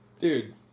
dude